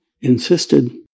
insisted